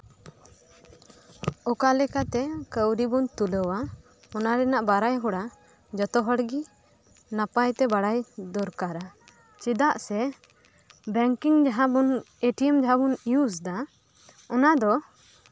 ᱚᱠᱟ ᱞᱮᱠᱟᱛᱮ ᱠᱟᱹᱣᱰᱤ ᱵᱚᱱ ᱛᱩᱞᱟᱹᱣᱟ ᱚᱱᱟ ᱨᱮᱱᱟᱜ ᱵᱟᱲᱟᱭ ᱦᱚᱨᱟ ᱡᱚᱛᱚ ᱦᱚᱲᱜᱮ ᱱᱟᱯᱟᱭ ᱛᱮ ᱵᱟᱲᱟᱭ ᱫᱚᱨᱠᱟᱨᱟ ᱪᱮᱫᱟᱜ ᱥᱮ ᱵᱮᱝᱠᱤᱝ ᱡᱟᱸᱵᱚᱱ ᱮ ᱴᱤ ᱮᱢ ᱡᱟᱸᱦᱟ ᱵᱚᱱ ᱤᱭᱩᱥ ᱫᱟ ᱚᱱᱟ ᱫᱚ